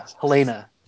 Helena